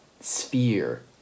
sphere